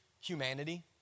humanity